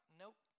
nope